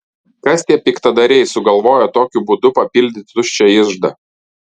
kas tie piktadariai sugalvoję tokiu būdu papildyti tuščią iždą